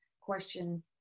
question